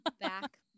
back